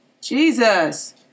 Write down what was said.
Jesus